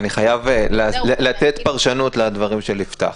אתם מאשרים --- אני חייב לתת פרשנות לדברים של יפתח.